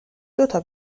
دوتا